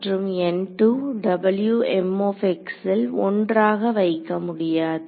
மற்றும் ல் ஒன்றாக வைக்க முடியாது